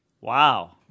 Wow